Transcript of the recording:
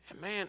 Man